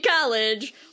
college